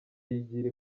yigira